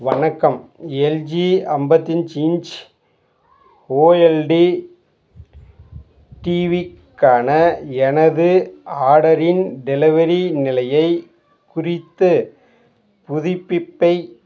வணக்கம் எல்ஜி அம்பத்தஞ்சு inch OLED டிவிக்கான எனது ஆர்டரின் டெலிவரி நிலையை குறித்து புதுப்பிப்பை